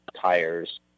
tires